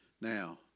Now